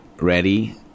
ready